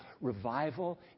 Revival